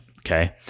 okay